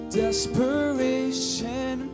desperation